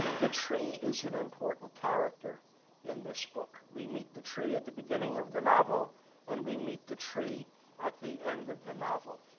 the tree is an important character in this book. we meet the tree at the beginning of the novel and we meet the tree at the end of the novel.